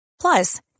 Plus